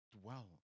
Dwell